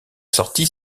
sorti